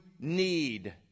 need